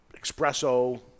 espresso